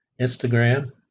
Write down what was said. Instagram